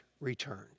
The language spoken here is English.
returns